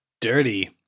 Dirty